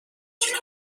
چعر